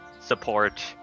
support